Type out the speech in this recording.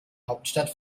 hauptstadt